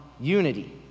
unity